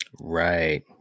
Right